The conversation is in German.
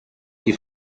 die